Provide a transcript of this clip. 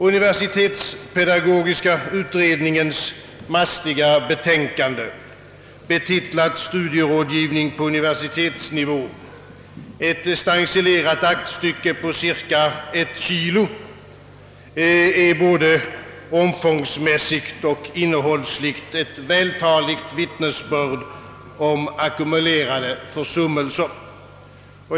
Universitetspedagogiska utredningens mastiga betänkande, betitlat Studierådgivning på universitetsnivå, ett stencilerat aktstycke på cirka ett kilo, är både till omfång och innehåll ett vältaligt vittnesbörd om ackumulerade försummelser.